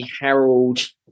Harold